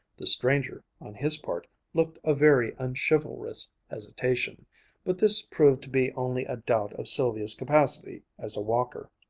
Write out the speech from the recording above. the stranger, on his part, looked a very unchivalrous hesitation but this proved to be only a doubt of sylvia's capacity as a walker.